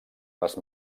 les